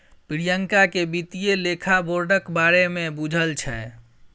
प्रियंका केँ बित्तीय लेखा बोर्डक बारे मे बुझल छै